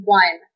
one